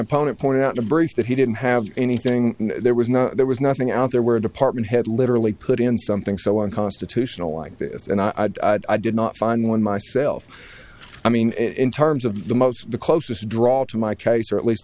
opponent pointed out a breach that he didn't have anything there was no there was nothing out there where a department had literally put in something so unconstitutional like this and i did not find one myself i mean in terms of the most the closest draw to my case or at least